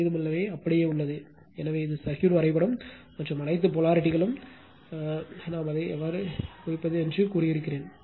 மீதமுள்ளவை அப்படியே உள்ளது எனவே இது சர்க்யூட் வரைபடம் மற்றும் அனைத்து போலாரிட்டிகளும் உடனடி போலாரிட்டிகள் என நான் அதை எவ்வாறு குறிப்பது என்று கூறியிருக்கிறேன்